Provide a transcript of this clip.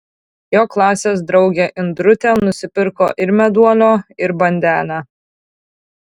jo klasės draugė indrutė nusipirko ir meduolio ir bandelę